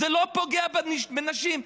זה לא פוגע בנשים.